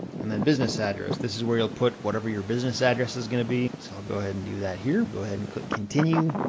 and my business address. this is where you'll put whatever your business address is gonna be, so i'll go ahead and do that here. go ahead and click continue.